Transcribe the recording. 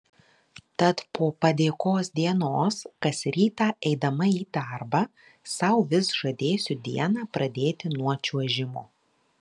tad po padėkos dienos kas rytą eidama į darbą sau vis žadėsiu dieną pradėti nuo čiuožimo